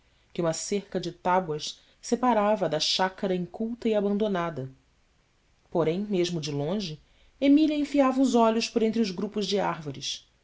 que uma cerca de tábuas separava da chácara inculta e abandonada porém mesmo de longe emília enfiava os olhos por entre os grupos de árvores